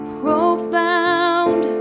profound